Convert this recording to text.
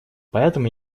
поэтому